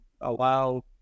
allow